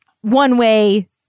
one-way